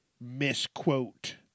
misquote